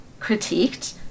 critiqued